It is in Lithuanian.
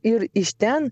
ir iš ten